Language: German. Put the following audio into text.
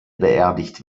beerdigt